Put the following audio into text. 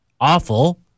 awful